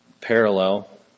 parallel